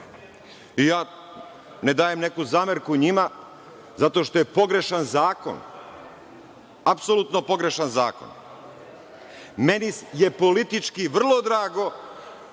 Ja ne dajem neku zamerku njima zato što je pogrešan zakon, apsolutno pogrešan zakon. Meni je politički vrlo drago